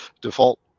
default